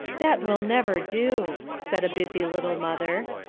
that will never do, said a busy little mother,